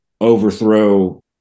overthrow